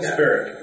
Spirit